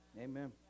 Amen